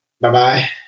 Bye-bye